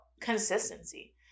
consistency